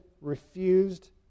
refused